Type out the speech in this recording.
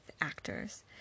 actors